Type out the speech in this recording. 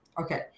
Okay